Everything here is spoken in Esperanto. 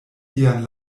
sian